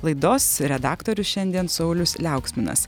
laidos redaktorius šiandien saulius liauksminas